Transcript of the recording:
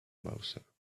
mouser